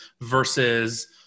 versus